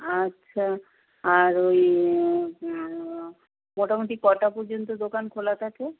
আচ্ছা আর ওই মোটামুটি কটা পর্যন্ত দোকান খোলা থাকে